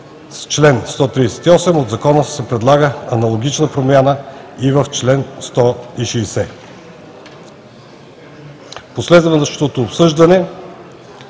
чл. 138 от Закона се налага аналогична промяна и в чл. 160. В последвалото обсъждане